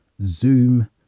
zoom